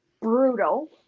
brutal